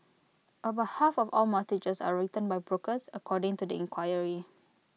about half of all mortgages are written by brokers according to the inquiry